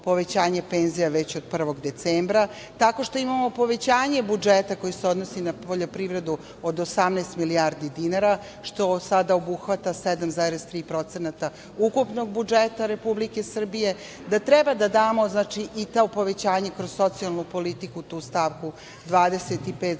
penzija već od 1. decembra, tako što imamo povećanje budžeta koji se odnosi na poljoprivredu od 18 milijardi dinara, što sada obuhvata 7,3% ukupnog budžeta Republike Srbije, da treba da damo i to povećanje kroz socijalnu politiku, tu stavku 25,7